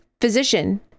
physician